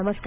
नमस्कार